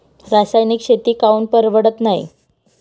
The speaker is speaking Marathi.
रासायनिक शेती काऊन परवडत नाई?